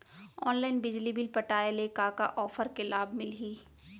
Online बिजली bill पटाय ले का का ऑफ़र के लाभ मिलही?